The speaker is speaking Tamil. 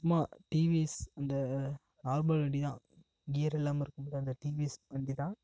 சும்மா டிவிஎஸ் அந்த நார்மல் வண்டிதான் கியர் இல்லாமல் இருக்கும்ல அந்த டிவிஎஸ் வண்டிதான்